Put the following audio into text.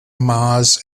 maas